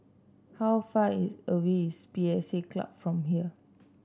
how far away is P S A Club from here